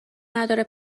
نداره